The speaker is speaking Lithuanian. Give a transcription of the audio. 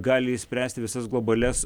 gali išspręsti visas globalias